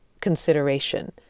consideration